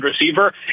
receiver